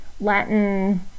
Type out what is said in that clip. Latin